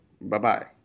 Bye-bye